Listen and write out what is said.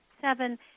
seven